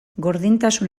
gordintasun